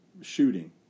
shooting